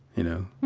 you know?